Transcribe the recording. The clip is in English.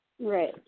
Right